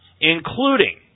including